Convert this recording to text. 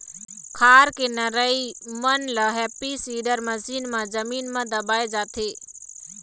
खार के नरई मन ल हैपी सीडर मसीन म जमीन म दबाए जाथे